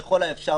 ככל האפשר,